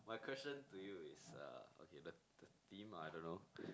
my question to you is uh okay the the theme I don't know